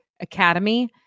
academy